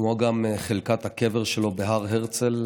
כמו גם חלקת הקבר שלו בהר הרצל,